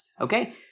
Okay